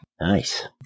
Nice